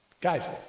guys